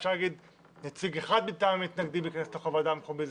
אפשר להגיד שיבוא רק נציג אחד מטעם המתנגדים לוועדה המקומית.